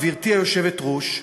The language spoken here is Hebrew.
גברתי היושבת-ראש,